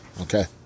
okay